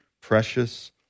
precious